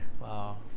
Wow